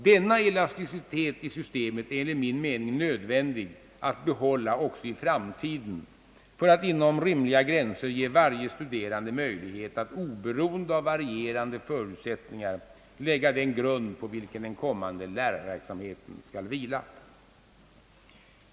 Denna elasticitet i systemet är enligt min mening nödvändig att behålla också i framtiden för att inom rimliga gränser ge varje studerande möjlighet att oberoende av varierande förutsättningar lägga den grund, på vilken den kommande <:lärarverksamheten skall vila.